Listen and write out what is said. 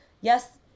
Yes